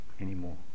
anymore